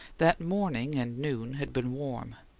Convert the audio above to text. that morning and noon had been warm,